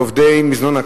עו"ד איל ינון,